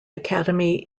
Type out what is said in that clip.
academy